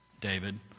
David